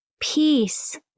Peace